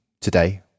today